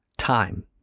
time